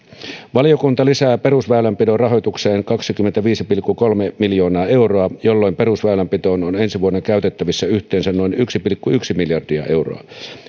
valokunta lisää perusväylänpidon rahoitukseen kaksikymmentäviisi pilkku kolme miljoonaa euroa jolloin perusväylänpitoon on ensi vuonna käytettävissä yhteensä noin yksi pilkku yksi miljardia euroa